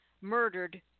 Murdered